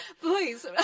please